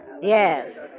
Yes